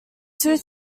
two